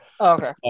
Okay